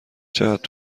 چقدر